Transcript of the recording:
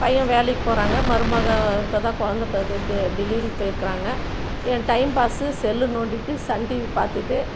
பையன் வேலைக்கு போகிறாங்க மருமகள் இப்போ தான் குழந்த பெறந் டெ டெலிவரிக்கு போய்ருக்கிறாங்க என் டைம் பாஸ்ஸு செல்லு நோண்டிக்கிட்டு சன் டிவி பார்த்துட்டு